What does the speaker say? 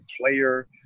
player